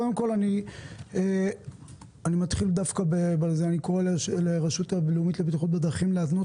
קודם כל אתחיל בזה שאני קורא לרשות הלאומית לבטיחות בדרכים לענות